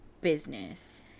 business